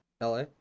la